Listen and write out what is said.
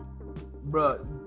Bro